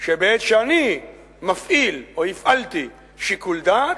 שבעת שאני מפעיל, או הפעלתי, שיקול דעת,